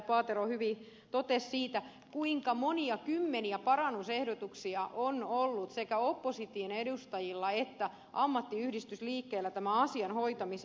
paatero hyvin totesi siitä kuinka monia kymmeniä parannusehdotuksia on ollut sekä opposition edustajilla että ammattiyhdistysliikkeellä tämän asian hoitamiseksi